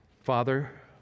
Father